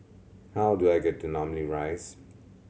how do I get to Namly Rise